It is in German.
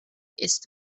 ist